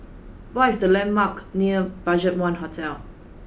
what are the landmarks near BudgetOne Hotel